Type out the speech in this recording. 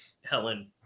Helen